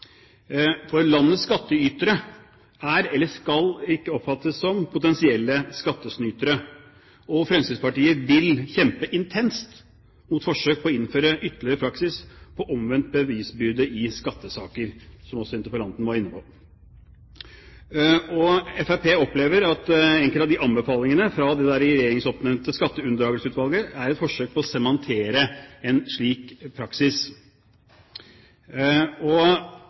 for landets skattytere er ikke – og skal ikke oppfattes som – potensielle skattesnytere. Fremskrittspartiet vil kjempe intenst mot forsøk på å innføre ytterligere praksis på omvendt bevisbyrde i skattesaker, som også interpellanten var inne på. Fremskrittspartiet opplever at enkelte av anbefalingene fra det regjeringsoppnevnte Skatteunndragelsesutvalget er et forsøk på å sementere en slik praksis.